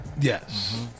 Yes